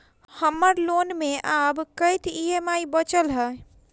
हम्मर लोन मे आब कैत ई.एम.आई बचल ह?